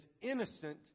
innocent